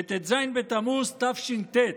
בט"ז בתמוז תש"ט,